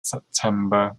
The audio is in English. september